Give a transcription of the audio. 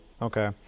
Okay